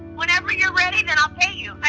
whenever you're ready, then i'll pay you. i